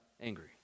angry